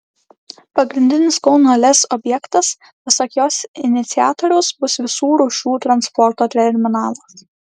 pagrindinis kauno lez objektas pasak jos iniciatoriaus bus visų rūšių transporto terminalas